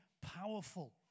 powerful